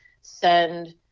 send